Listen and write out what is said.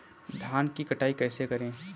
धान की कटाई कैसे करें?